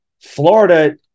Florida